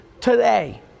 Today